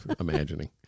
imagining